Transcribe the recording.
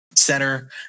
center